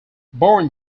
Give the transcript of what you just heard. born